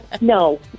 No